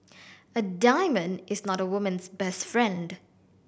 a diamond is not a woman's best friend